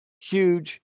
huge